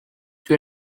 dwi